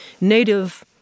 native